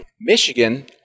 Michigan